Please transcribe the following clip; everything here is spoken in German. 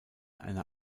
einer